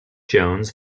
jones